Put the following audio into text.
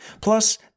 Plus